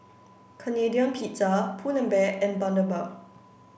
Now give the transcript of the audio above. Canadian Pizza Pull and Bear and Bundaberg